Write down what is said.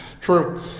True